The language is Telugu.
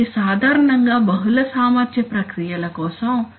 కాబట్టి సాధారణంగా బహుళ సామర్థ్య ప్రక్రియల కోసం